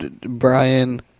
Brian